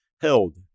held